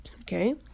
okay